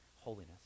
holiness